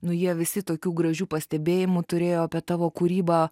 nu jie visi tokių gražių pastebėjimų turėjo apie tavo kūrybą